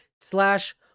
slash